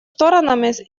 сторонами